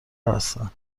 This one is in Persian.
هستن